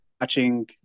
watching